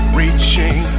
reaching